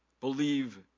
believe